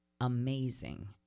amazing